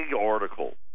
article